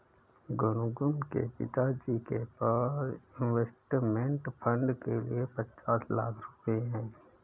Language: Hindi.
गुनगुन के पिताजी के पास इंवेस्टमेंट फ़ंड के लिए पचास लाख रुपए है